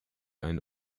einen